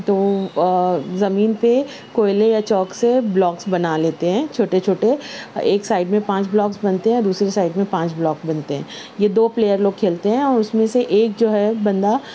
تو زمین پہ کوئلے یا چاک سے بلاکس بنا لیتے ہیں چھوٹے چھوٹے ایک سائڈ میں پانچ بلاکس بنتے ہیں دوسری سائڈ میں پانچ بلاکس بنتے ہیں یہ دو پلیئر لوگ کھیلتے ہیں اور اس میں سے ایک جو ہے بندہ